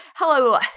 Hello